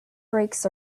brakes